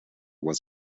was